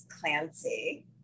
Clancy